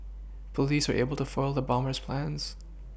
police were able to foil the bomber's plans